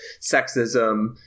sexism